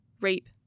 rape